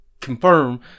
Confirm